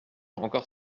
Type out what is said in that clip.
encore